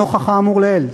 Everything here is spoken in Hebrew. נוכח האמור לעיל,